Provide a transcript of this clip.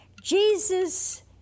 Jesus